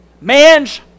Man's